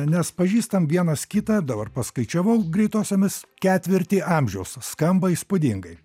nes pažįstam vienas kitą dabar paskaičiavau greitosiomis ketvirtį amžiaus skamba įspūdingai